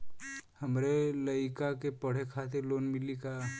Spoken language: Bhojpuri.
हमरे लयिका के पढ़े खातिर लोन मिलि का?